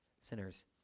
sinners